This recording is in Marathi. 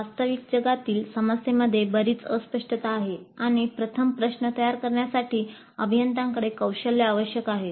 वास्तविक जगातील समस्येमध्ये बरिच अस्पष्टता आहे आणि प्रथम प्रश्न तयार करण्यासाठी अभियंत्यांकडे कौशल्य आवश्यक आहे